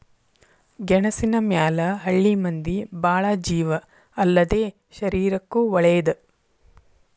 ಗೆಣಸಿನ ಮ್ಯಾಲ ಹಳ್ಳಿ ಮಂದಿ ಬಾಳ ಜೇವ ಅಲ್ಲದೇ ಶರೇರಕ್ಕೂ ವಳೇದ